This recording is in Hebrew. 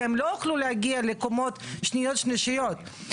כי הן לא יוכלו להגיע לקומות שניות שלישיות,